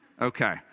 Okay